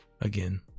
again